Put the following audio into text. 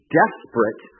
desperate